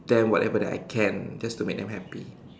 them whatever that I can just to make them happy